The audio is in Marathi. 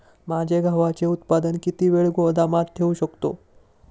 माझे गव्हाचे उत्पादन किती वेळ गोदामात ठेवू शकतो?